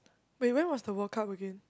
wait when was the World Cup again